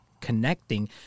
connecting